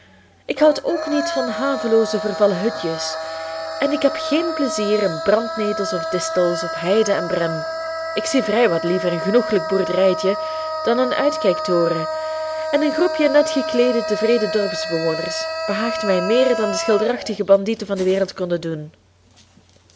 ik houd k niet van havelooze vervallen hutjes en ik heb géén pleizier in brandnetels of distels of heide en brem ik zie vrij wat liever een genoegelijk boerderijtje dan een uitkijk toren en een groepje netgekleede tevreden dorpsbewoners behaagt mij meer dan de schilderachtige bandieten van de wereld konden doen